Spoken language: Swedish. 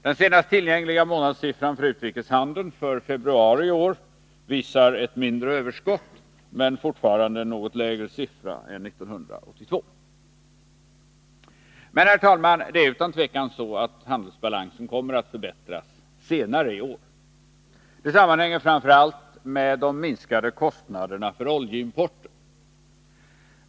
Den senast tillgängliga månadssiffran för utrikeshandeln — för februari 1983 — visade ett mindre överskott, men det var fortfarande en något lägre siffra än för 1982. Men, herr talman, handelsbalansen kommer utan tvivel att förbättras senare i år. Det sammanhänger framför allt med de minskade kostnaderna för oljeimporten.